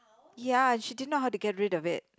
ya she didn't know how to get rid of it